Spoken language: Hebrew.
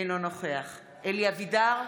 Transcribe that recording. אינו נוכח אלי אבידר,